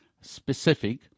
specific